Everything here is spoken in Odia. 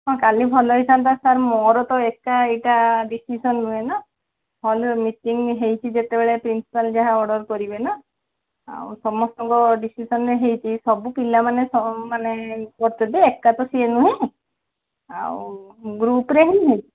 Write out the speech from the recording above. ହଁ କାଲି ଭଲ ହେଇଥାନ୍ତା ସାର୍ ମୋର ତ ଏକା ଏଇଟା ଡିସିସନ୍ ନୁହେଁ ନା ହଲରେ ମିଟିଂ ହେଇଛି ଯେତେବେଳେ ପ୍ରିନ୍ସିପାଲ୍ ଯାହା ଅର୍ଡ଼ର୍ କରିବେ ନା ଆଉ ସମସ୍ତଙ୍କ ଡିସିସନ୍ରେ ହେଇଛି ସବୁ ପିଲାମାନେ ସ ମାନେ ଗୋଟେ ଟି ଏକା ତ ସିଏ ନୁହେଁ ଆଉ ଗୃପ୍ରେ ହିଁ ହେଇଛି